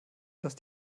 dass